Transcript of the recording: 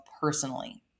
personally